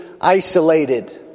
isolated